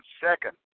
second